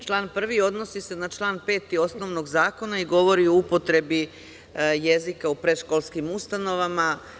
Član 1. odnosi se na član 5. osnovnog zakona i govori o upotrebi jezika u predškolskim ustanovama.